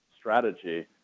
strategy